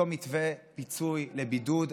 אותו מתווה פיצוי לבידוד,